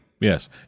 Yes